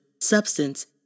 substance